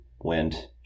went